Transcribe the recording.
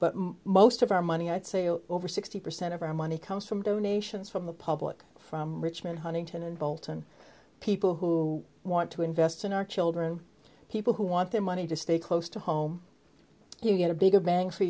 but most of our money i'd say oh over sixty percent of our money comes from donations from the public from richmond huntington and bolton people who want to invest in our children people who want their money to stay close to home you get a bigger bang for